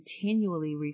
continually